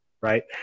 Right